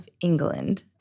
England